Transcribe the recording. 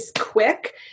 quick